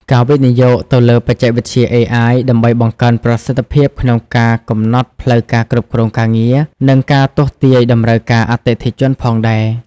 ការវិនិយោគទៅលើបច្ចេកវិទ្យាអេអាយ ដើម្បីបង្កើនប្រសិទ្ធភាពក្នុងការកំណត់ផ្លូវការគ្រប់គ្រងការងារ និងការទស្សន៍ទាយតម្រូវការអតិថិជនផងដែរ។